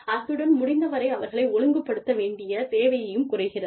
அத்துடன் முடிந்தவரை அவர்களை ஒழுங்குபடுத்த வேண்டிய தேவையும் குறைகிறது